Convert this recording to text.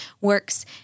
works